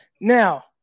Now